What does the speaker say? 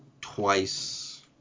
twice